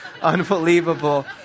unbelievable